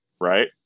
Right